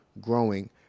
growing